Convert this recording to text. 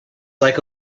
like